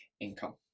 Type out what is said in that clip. income